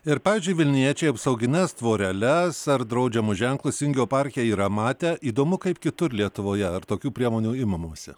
ir pavyzdžiui vilniečiai apsaugines tvoreles ar draudžiamus ženklus vingio parke yra matę įdomu kaip kitur lietuvoje ar tokių priemonių imamasi